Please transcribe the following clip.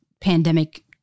pandemic